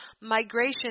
migration